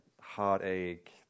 heartache